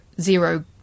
zero